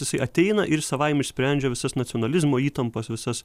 jisai ateina ir savaime išsprendžia visas nacionalizmo įtampas visas